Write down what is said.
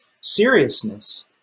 seriousness